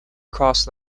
cross